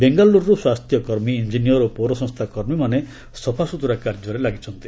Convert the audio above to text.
ବେଙ୍ଗାଲୁରୁରୁ ସ୍ୱାସ୍ଥ୍ୟକର୍ମୀ ଇଞ୍ଜିନିୟର ଓ ପୌରସଂସ୍ଥାକର୍ମୀମାନେ ସଫାସୁତୁରା କାର୍ଯ୍ୟରେ ଲାଗିଛନ୍ତି